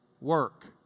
Work